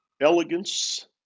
elegance